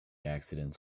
accidents